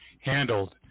handled